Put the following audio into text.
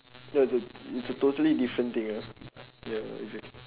no it's a it's a totally different thing ah ya exactly